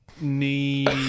need